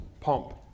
pump